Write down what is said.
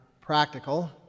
practical